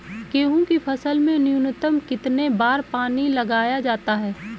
गेहूँ की फसल में न्यूनतम कितने बार पानी लगाया जाता है?